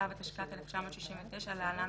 התשכ"ט 1969 (להלן,